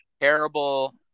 terrible